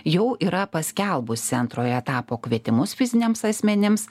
jau yra paskelbusi antrojo etapo kvietimus fiziniams asmenims